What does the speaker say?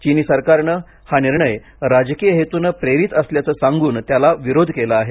चिनी सरकारनं हा निर्णय राजकीय हेतुनं प्रेरित असल्याचं सांगून त्याला विरोध केला आहे